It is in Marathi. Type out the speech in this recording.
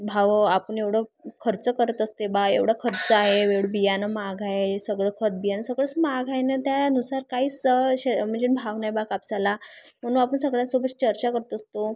भाऊ आपण एवढं खर्च करत असते बा एवढं खर्च आहे एवढं बियाणं महाग आहे सगळं खत बियाणं सगळंच महाग आहे नं त्यानुसार काहीच शे म्हणजे भाव नाही आहे बा कापसाला म्हणून आपण सगळ्यासोबत चर्चा करत असतो